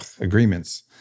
agreements